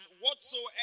whatsoever